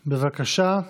בבקשה.